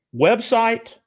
website